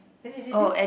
what did you do